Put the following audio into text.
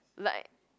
like